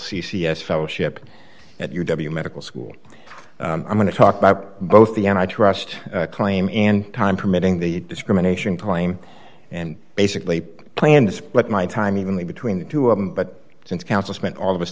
s fellowship at your medical school i'm going to talk about both the and i trust claim and time permitting the discrimination claim and basically planned this but my time evenly between the two of them but since council spent all of his